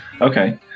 okay